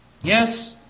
Yes